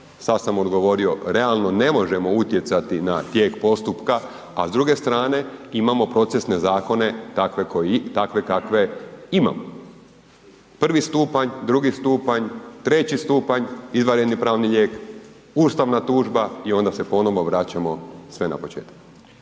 sad sam odgovorio, realno ne možemo utjecati na tijek postupka a s druge strane imamo procesne zakone takve kakve imamo. Prvi stupanj, drugi stupanj, treći stupanj, izvanredni pravni lijek, ustavna tužba i onda se ponovno vraćamo sve na početak.